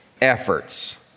efforts